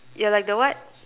you're like the what